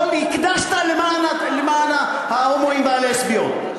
הקדשת למען ההומואים והלסביות,